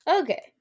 okay